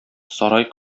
сарай